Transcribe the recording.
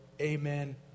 Amen